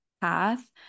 path